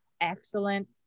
excellent